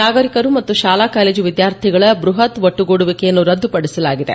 ನಾಗರಿಕರು ಮತ್ತು ಶಾಲಾ ಕಾಲೇಜು ವಿದ್ಯಾರ್ಥಿಗಳ ಬೃಹತ್ ಒಟ್ತು ಗೂಡುವಿಕೆಯನ್ನು ರದ್ದುಪಡಿಸಲಾಗಿದೆ